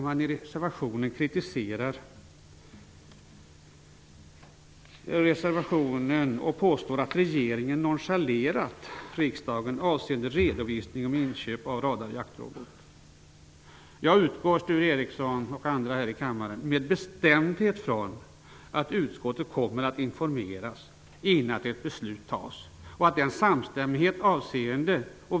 Man påstår i reservationen och kritiserar att regeringen nonchalerat riksdagen avseende redovisning om inköp av radarjaktrobot. Jag utgår, Sture Ericson och andra här i kammaren, med bestämdhet från att utskottet kommer att informeras innan ett beslut fattas.